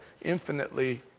infinitely